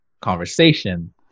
conversation